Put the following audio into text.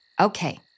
Okay